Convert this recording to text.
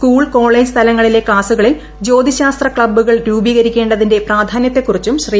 school college തലങ്ങളിലെ ക്ലാസുകളിൽ ജ്യോതിശാസ്ത്ര ക്ലബ്ബുകൾ രൂപീകരിക്കേതിന്റെ പ്രധാന്യത്തെക്കുറിച്ചുക്ക് ശ്രീ